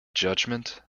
judgment